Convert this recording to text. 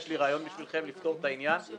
יש לי רעיון בשבילכם כדי לפתור את העניין ואגב,